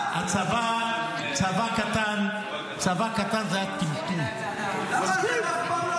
צבא קטן זה היה טמטום -- למה אתם אף פעם לא אשמים בכלום?